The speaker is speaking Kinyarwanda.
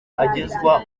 agezwa